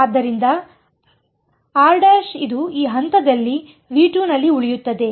ಆದ್ದರಿಂದ ಆದ್ದರಿಂದ r ′ ಇದು ಈ ಹಂತದಲ್ಲಿ V2 ನಲ್ಲಿ ಉಳಿಯುತ್ತದೆ